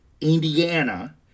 Indiana